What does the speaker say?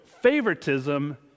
favoritism